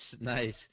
nice